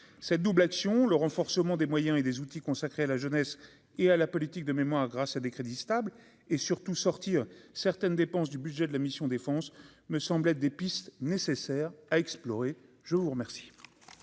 cette double action : le renforcement des moyens et des outils consacrés à la jeunesse et à la politique de mémoire grâce à des crédits stable et surtout sortir certaines dépenses du budget de la mission Défense me semblait des pistes nécessaires à explorer, je vous remercie.